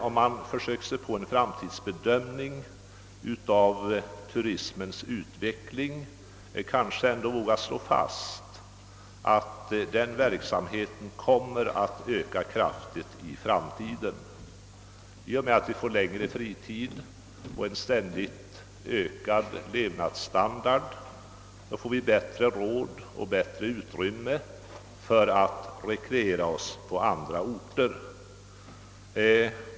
Om man gör en framtidsbedömning av turismens utveckling, vågar man nog slå fast att den verksamheten kommer att öka framöver. I och med att vi får mera fritid och allt högre levnadsstandard får vi också bättre råd och möjligheter att rekreera oss på andra orter.